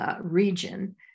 region